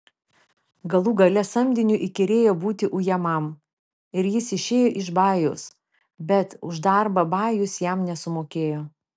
galų gale samdiniui įkyrėjo būti ujamam ir jis išėjo iš bajaus bet už darbą bajus jam nesumokėjo